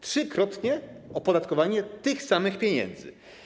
Trzykrotne opodatkowanie tych samych pieniędzy.